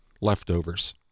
leftovers